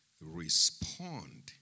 respond